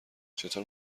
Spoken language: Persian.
چطور